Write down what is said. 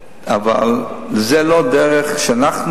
אבל זו לא דרך כשאנחנו